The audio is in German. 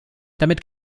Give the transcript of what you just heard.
damit